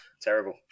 Terrible